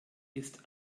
ist